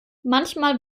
manchmal